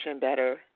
better